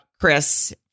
Chris